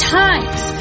times